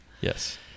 Yes